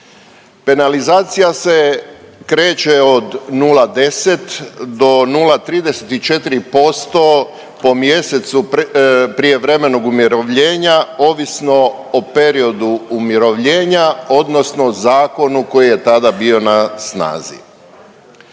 Penalizacija se kreće od 0,10 do 0,34% po mjesecu prijevremenog umirovljenja, ovisno o periodu umirovljenja, odnosno zakonu koji je tada bio na snazi.